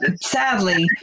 sadly